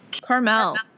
Carmel